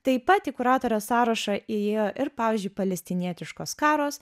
taip pat į kuratorės sąrašą iėjo ir pavyzdžiui palestinietiškos skaros